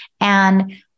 And-